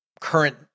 current